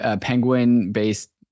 penguin-based